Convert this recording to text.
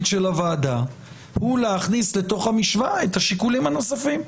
של הוועדה הוא להכניס לתוך המשוואה את השיקולים הנוספים.